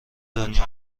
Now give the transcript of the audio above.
دنیا